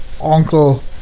Uncle